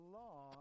law